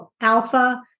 Alpha